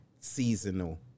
seasonal